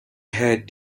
had